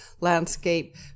landscape